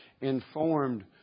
informed